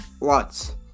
Lots